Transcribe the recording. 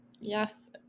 Yes